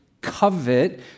covet